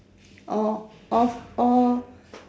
orh off all